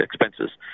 expenses